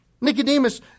Nicodemus